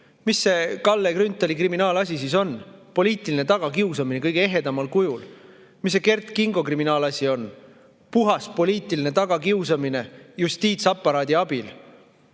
Mis see Kalle Grünthali kriminaalasi siis on? Poliitiline tagakiusamine kõige ehedamal kujul. Mis see Kert Kingo kriminaalasi on? Puhas poliitiline tagakiusamine justiitsaparaadi abil.